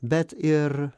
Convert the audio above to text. bet ir